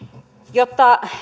jotta